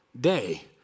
day